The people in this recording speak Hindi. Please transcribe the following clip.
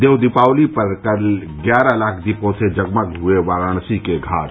देव दीपावली पर कल ग्यारह लाख दीपो से जगमग हुए वाराणसी के घाट